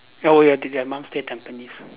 ya lor your their mum stay Tampines